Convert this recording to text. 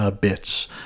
bits